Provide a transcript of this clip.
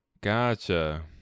Gotcha